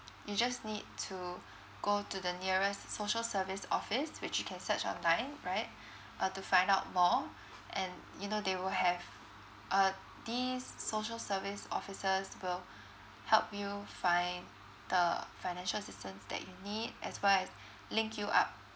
you just need to go to the nearest social service office which you can search online right uh to find out more and you know they will have uh these social service officers will help you find the financial assistance that you need as well as link you up